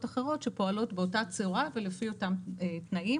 אחרות שפועלות באותה צורה ולפי אותם תנאים.